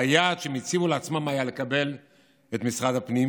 והיעד שהם הציבו לעצמם היה לקבל את משרד הפנים,